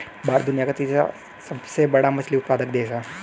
भारत दुनिया का तीसरा सबसे बड़ा मछली उत्पादक देश है